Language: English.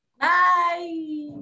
Bye